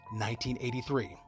1983